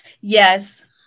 yes